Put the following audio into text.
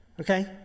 Okay